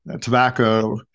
tobacco